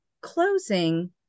closing